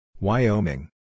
Wyoming